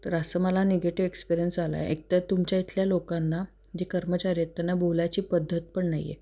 तर असं मला निगेटिव एक्सपिरियन्स आला आहे एकतर तुमच्या इथल्या लोकांना जे कर्मचारी आहेत त्यांना बोलायची पद्धत पण नाही आहे